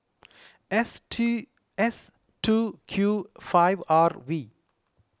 S S two Q five R V